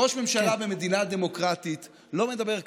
ראש ממשלה במדינה דמוקרטית לא מדבר כך.